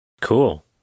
Cool